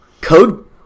code